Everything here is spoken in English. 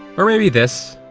or maybe this?